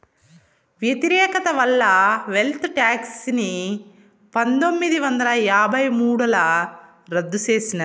వ్యతిరేకత వల్ల wealth tax ని పందొమ్మిది వందల యాభై మూడుల రద్దు చేసినారు